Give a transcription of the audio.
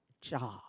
job